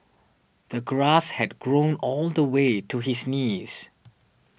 the grass had grown all the way to his knees